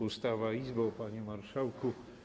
Pustawa Izbo! Panie Marszałku!